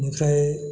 बेनिफ्राय